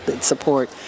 support